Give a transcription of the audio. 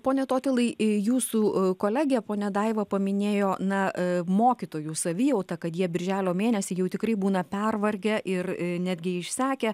pone totilai jūsų kolegė ponia daiva paminėjo na mokytojų savijautą kad jie birželio mėnesį jau tikrai būna pervargę ir netgi išsekę